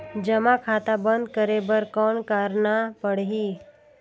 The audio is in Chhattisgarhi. जमा खाता बंद करे बर कौन करना पड़ही?